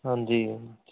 ਹਾਂਜੀ